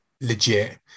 legit